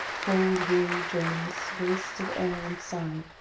cold, weary, joyless, waste of air and sun,